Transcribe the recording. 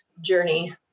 journey